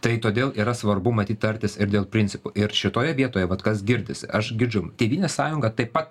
tai todėl yra svarbu matyt tartis ir dėl principų ir šitoje vietoje vat kas girdisi aš girdžiu tėvynės sąjunga taip pat